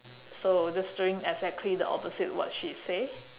so just doing the exactly the opposite what she say